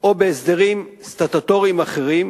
או בהסדרים סטטוטוריים אחרים,